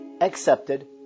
accepted